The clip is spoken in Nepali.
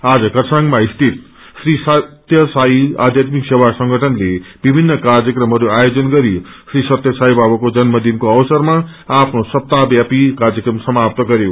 आज खरसाङमा स्थित श्री सत्यसाई आध्यात्मिक सेवा संगठनहले विमन्न कार्यक्रमहहरू आयोजन गरि श्री सत्य साई बाबाको जन्म दिनको अवसरमा आफ्नो सप्ताहव्यापी कार्यक्रम समात्त गरयो